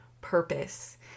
purpose